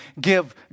give